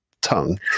tongue